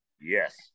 Yes